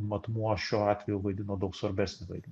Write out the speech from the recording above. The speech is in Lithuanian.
matmuo šiuo atveju vaidino daug svarbesnį vaidmenį